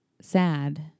sad